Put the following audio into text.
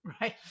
Right